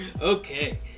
Okay